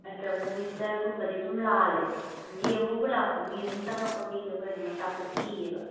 ꯅꯠꯇ꯭ꯔꯒꯅ ꯃꯤꯛꯆꯔꯒꯨꯝꯕꯗꯤ ꯑꯗꯨꯝ ꯂꯥꯜꯂꯦꯕ ꯌꯦꯡꯕꯕꯨ ꯂꯥꯛꯄ ꯃꯤ ꯑꯗꯨꯝ ꯆꯉꯛꯄ ꯃꯤꯁꯦ ꯑꯩꯈꯣꯏ ꯑꯗꯨꯝ ꯑꯆꯥꯄꯣꯠ ꯄꯤꯌꯦꯕ